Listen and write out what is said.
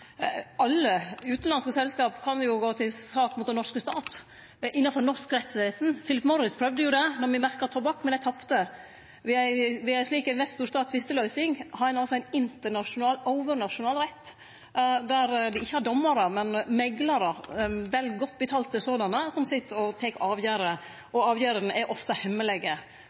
Alle utanlandske selskap kan gå til sak mot den norske stat, innanfor norsk rettsvesen. Philip Morris prøvde jo det då me merkte tobakk, men dei tapte. Ved ei slik investor–stat tvisteløysing har ein altså ein internasjonal, overnasjonal rett, der dei ikkje har dommarar, men meklarar, vel godt betalte slike, som sit og tek avgjerder. Avgjerdene er ofte hemmelege, og erstatningane er ofte